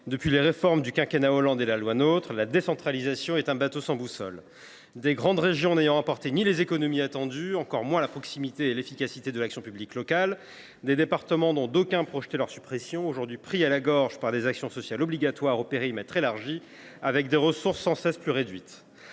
de la République, dite loi NOTRe, la décentralisation est un bateau sans boussole. Les grandes régions n’ont pas apporté les économies attendues, et encore moins la proximité et l’efficacité de l’action publique locale ; les départements, dont d’aucuns projetaient la suppression, sont aujourd’hui pris à la gorge par des actions sociales obligatoires au périmètre élargi, avec des ressources sans cesse plus réduites